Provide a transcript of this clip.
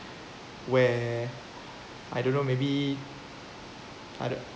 where I don't know maybe other